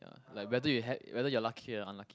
ya like whether you had whether you're lucky or unlucky